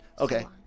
Okay